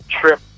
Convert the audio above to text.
trip